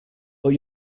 but